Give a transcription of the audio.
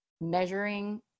measuring